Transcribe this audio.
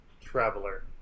Traveler